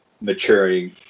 maturing